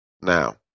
Now